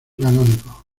canónico